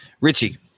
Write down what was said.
Richie